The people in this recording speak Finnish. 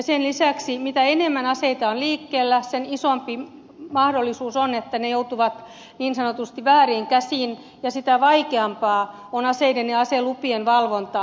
sen lisäksi mitä enemmän aseita on liikkeellä sen isompi mahdollisuus on että ne joutuvat niin sanotusti vääriin käsiin ja sitä vaikeampaa on aseiden ja aselupien valvonta